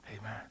Amen